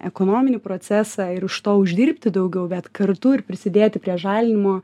ekonominį procesą ir iš to uždirbti daugiau bet kartu ir prisidėti prie žalinimo